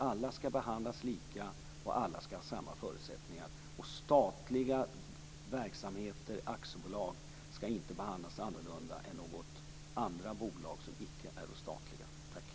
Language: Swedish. Alla skall behandlas lika, och alla skall ha samma förutsättningar. Statliga verksamheter och aktiebolag skall inte behandlas annorlunda än andra bolag som icke är statliga. Tack!